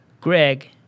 Greg